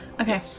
Okay